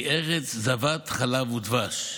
היא ארץ זבת חלב ודבש.